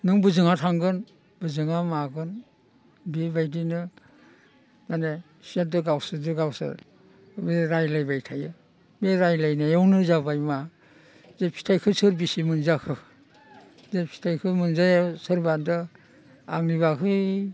नों बोजोंहा थांगोन बोजोङा मागोन बेबायदिनो माने सियालजों गावसोरजों गावसोर बे रायज्लायबाय थायो बे रायज्लायनायावनो जाबाय मा जे फिथायखौ सोर बेसे मोनजाखो बे फिथायखौ मोनजायिया सोरबाथ' आंनि बाहागोखै